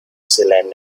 zealand